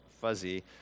fuzzy